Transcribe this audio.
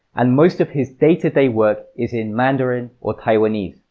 and most of his day-to-day work is in mandarin or taiwanese.